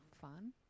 fun